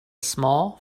small